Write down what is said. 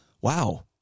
wow